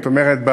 זאת אומרת,